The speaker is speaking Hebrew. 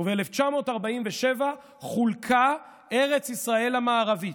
וב-1947 חולקה ארץ ישראל המערבית.